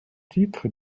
titre